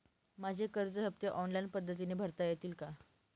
माझे कर्ज हफ्ते ऑनलाईन पद्धतीने भरता येतील का?